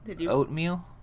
oatmeal